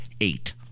Eight